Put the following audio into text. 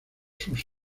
sus